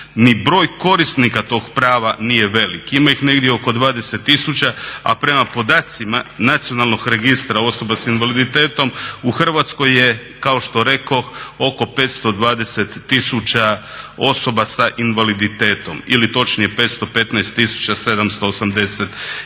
Ni broj korisnika tog prava nije velik, ima ih negdje oko 20 tisuća, a prema podacima Nacionalnog registra osoba s invaliditetom u Hrvatskoj je kao što rekoh oko 520 tisuća osoba s invaliditetom ili točnije 515